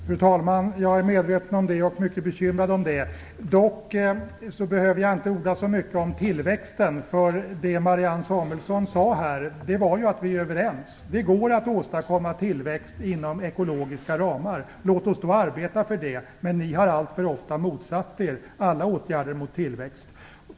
Fru talman! Jag behöver inte orda särskilt mycket om tillväxten, eftersom Marianne Samuelsson här sade att vi är överens. Det går att åstadkomma tillväxt inom ekologiska ramar. Låt oss då arbeta för det! Ni har dock alltför ofta motsatt er alla åtgärder i riktning mot tillväxt.